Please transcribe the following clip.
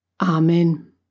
Amen